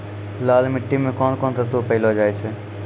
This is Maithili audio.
लाल मिट्टी मे कोंन कोंन तत्व पैलो जाय छै?